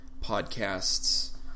podcasts